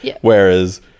Whereas